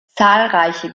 zahlreiche